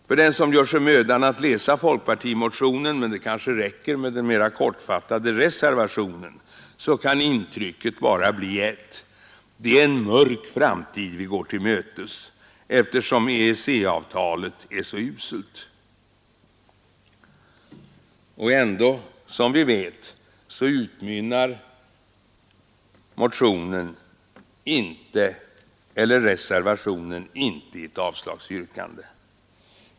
För den som gör sig mödan att läsa folkpartimotionen ehuru det kanske räcker med den mer kortfattade reservationen — kan intrycket bara bli ett: Det är en mörk framtid vi går till mötes, eftersom EEC-avtalet är så uselt. Ändå utmynnar motionen eller reservationen inte i ett avslagsyrkande.